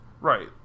Right